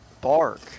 bark